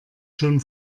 schon